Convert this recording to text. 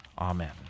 Amen